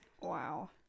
Wow